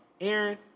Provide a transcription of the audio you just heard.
Aaron